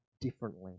differently